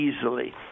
easily